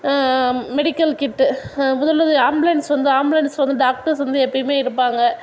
medical kit முதல் உதவி ambulance வந்து ஆம்ப்லன்ஸ் வந்து டாக்ட்டர்ஸ் வந்து எப்பேயுமே இருப்பாங்க